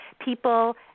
people